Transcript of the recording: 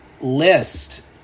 list